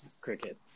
Cricket